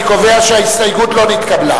אני קובע שההסתייגות לא נתקבלה.